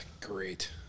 Great